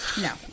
No